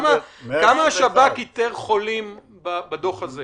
השב"כ בדוח הזה?